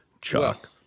Chuck